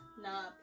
Nah